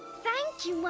thank you, mother!